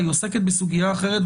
היא עוסקת בסוגיה אחרת,